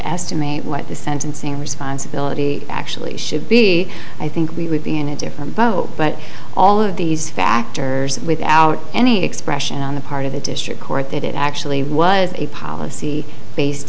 estimate what the sentencing responsibility actually should be i think we would be in a different boat but all of these factors without any expression on the part of the district court that it actually was a policy based